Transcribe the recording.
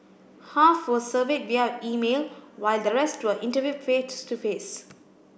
half were surveyed via email while the rest were interviewed face to face